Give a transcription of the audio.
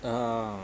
uh